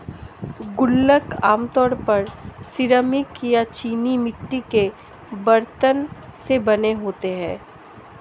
गुल्लक आमतौर पर सिरेमिक या चीनी मिट्टी के बरतन से बने होते हैं